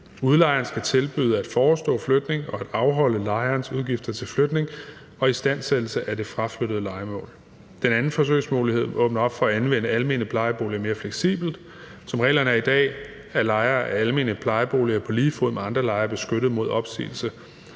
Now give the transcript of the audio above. Udlejeren skal tilbyde at forestå flytning og afholde lejerens udgifter til flytning og istandsættelse af det fraflyttede lejemål. Den anden forsøgsmulighed åbner op for at anvende almene plejeboliger mere fleksibelt. Som reglerne er i dag, er lejere af almene plejeboliger på lige fod med andre lejere beskyttet mod opsigelse.